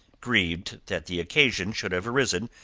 grieved that the occasion should have arisen,